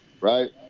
right